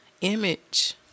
image